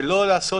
שלא לעשות